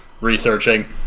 Researching